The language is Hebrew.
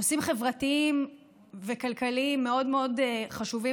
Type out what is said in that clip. נושאים חברתיים וכלכליים מאוד מאוד חשובים